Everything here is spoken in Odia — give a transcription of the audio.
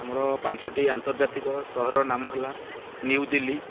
ଆମର ପାଞ୍ଚଟି ଆନ୍ତର୍ଜାତିକ ସହରର ନାମ ହେଲା ନ୍ୟୁ ଦିଲ୍ଲୀ